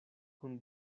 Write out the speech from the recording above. kun